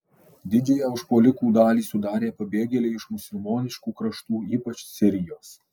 didžiąją užpuolikų dalį sudarė pabėgėliai iš musulmoniškų kraštų ypač sirijos